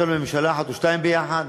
ישבנו בממשלה אחת או שתיים ביחד,